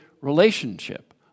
relationship